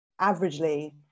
averagely